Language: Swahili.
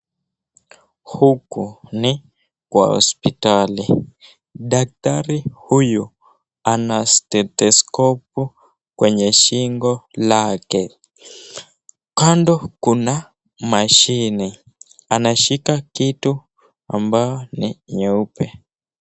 Huku ni kwa hospitali, daktari huyu ana stetheskopu kwenye shingo lake. Kando kuna mashini anashika kitu ambayo ni nyeupe.